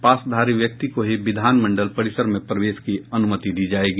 पासधारी व्यक्ति को ही विधानमंडल परिसर में प्रवेश की अनुमति दी जायेगी